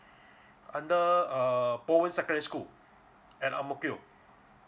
under err bowen secondary school at ang mo kio